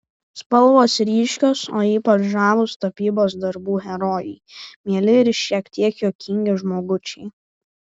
spalvos ryškios o ypač žavūs tapybos darbų herojai mieli ir šiek tiek juokingi žmogučiai